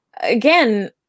again